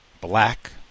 Black